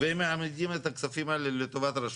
והם מעמידים את הכספים האלה לטובת הרשות.